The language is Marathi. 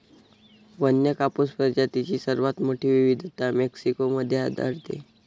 वन्य कापूस प्रजातींची सर्वात मोठी विविधता मेक्सिको मध्ये आढळते